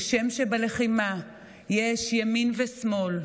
כשם שבלחימה יש ימין ושמאל,